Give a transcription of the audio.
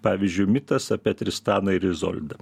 pavyzdžiui mitas apie tristaną ir izoldą